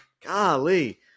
golly